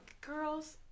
girls